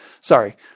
Sorry